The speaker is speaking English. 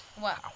Wow